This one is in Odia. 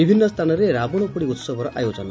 ବିଭିନୁ ସ୍ଥାନରେ ରାବଣପୋଡ଼ି ଉହବର ଆୟୋଜନ